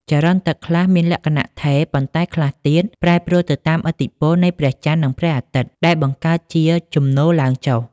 ចរន្តទឹកខ្លះមានលក្ខណៈថេរ ប៉ុន្តែខ្លះទៀតប្រែប្រួលទៅតាមឥទ្ធិពលនៃព្រះច័ន្ទ និងព្រះអាទិត្យ ដែលបង្កើតជាជំនោរឡើងចុះ។